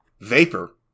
Vapor